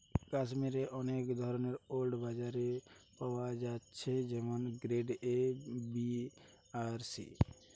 কাশ্মীরের অনেক ধরণের উল বাজারে পাওয়া যাইতেছে যেমন গ্রেড এ, বি আর সি